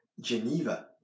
Geneva